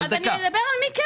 אז נדבר על מי כן.